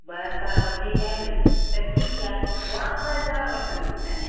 ॿ हज़ार वधीक आहिनि त ठीकु आहे पोणा ॿ हज़ार वठंदीसाव